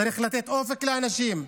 צריך לתת אופק לאנשים,